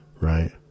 right